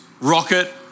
Rocket